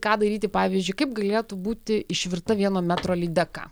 ką daryti pavyzdžiui kaip galėtų būti išvirta vieno metro lydeka